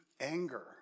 Anger